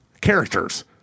characters